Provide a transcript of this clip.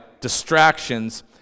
distractions